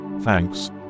Thanks